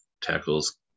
tackles